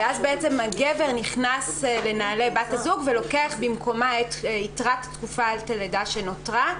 ואז הגבר נכנס לנעלי בת הזוג ולוקח במקומה את יתרת תקופת הלידה שנותרה.